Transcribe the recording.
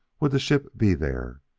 would the ship be there?